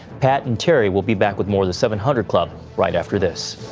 pat and terry will be back with more of the seven hundred club right after this.